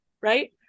right